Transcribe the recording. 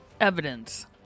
evidence